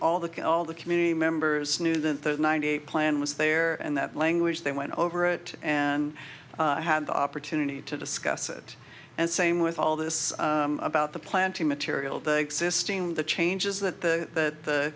all the all the community members knew that the ninety eight plan was there and that language they went over a it and i had the opportunity to discuss it and same with all this about the planting material the existing the changes that the